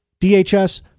DHS